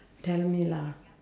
tell me lah